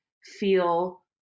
Feel